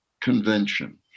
convention